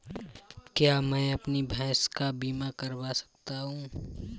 क्या मैं अपनी भैंस का बीमा करवा सकता हूँ?